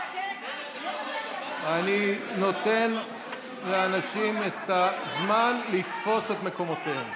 צביקה --- אני נותן לאנשים את הזמן לתפוס את מקומותיהם.